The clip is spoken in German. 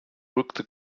rückte